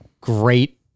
great